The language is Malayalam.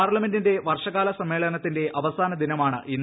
പാർലമെന്റിന്റെ വർഷകാല സമ്മേളനത്തിന്റെ അവസാന ദിനമാണ് ഇന്ന്